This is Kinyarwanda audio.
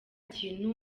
kintu